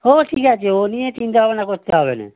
ও ঠিক আছে ও নিয়ে চিন্তা ভাবনা করতে হবে নে